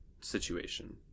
situation